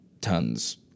tons